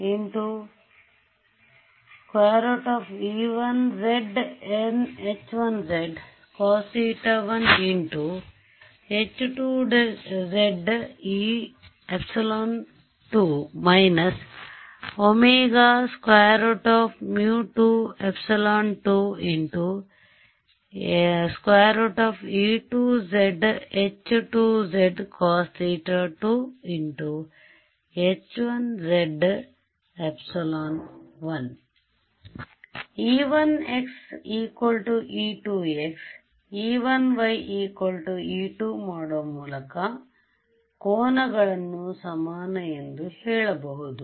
e1x e2x e1y e2 ಮಾಡುವ ಮೂಲಕ ಕೋನಗಳನ್ನು ಸಮಾನ ಎಂದು ಹೇಳಬಹುದು